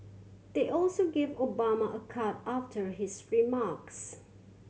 they also gave Obama a card after his remarks